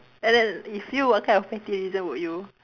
and then if you what kind of petty reason would you